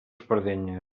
espardenyes